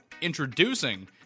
Introducing